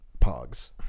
pogs